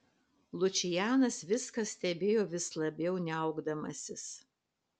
lučianas viską stebėjo vis labiau niaukdamasis